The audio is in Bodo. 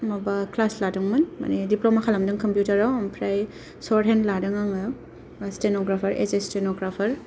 माबा क्लास लादोंमोन माने डिप्लमा खालामदों कमपिउटारावहाय आमफ्राय शर्ट हेन्ड लादों आंङो स्टेनग्राफार एस ए स्टेनग्राफार